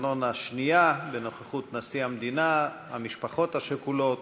השנייה, בנוכחות נשיא המדינה והמשפחות השכולות.